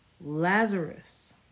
Lazarus